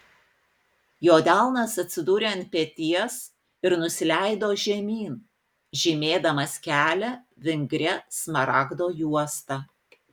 jo delnas atsidūrė ant peties ir nusileido žemyn žymėdamas kelią vingria smaragdo juosta